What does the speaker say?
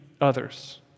others